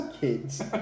kids